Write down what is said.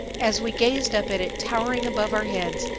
as we gazed up at it towering above our heads,